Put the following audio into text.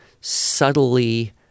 subtly